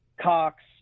Cox